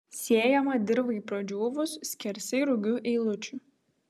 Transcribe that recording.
sėjama dirvai pradžiūvus skersai rugių eilučių